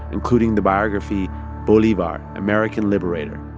including the biography bolivar american liberator.